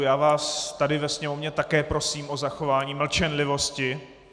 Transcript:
Já vás tady ve sněmovně také prosím o zachování mlčenlivosti...